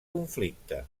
conflicte